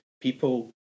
people